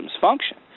function